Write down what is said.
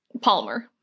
Palmer